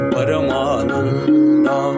Paramananda